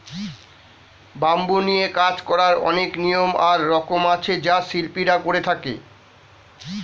bamboo নিয়ে কাজ করার অনেক নিয়ম আর রকম আছে যা শিল্পীরা করে থাকে